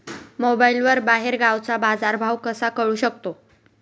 मोबाईलवर बाहेरगावचा बाजारभाव कसा कळू शकतो?